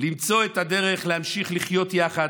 למצוא את הדרך להמשיך לחיות יחד,